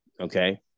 Okay